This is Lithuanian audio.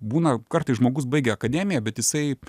būna kartais žmogus baigia akademiją bet jisai